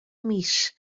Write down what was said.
mis